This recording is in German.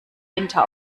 winter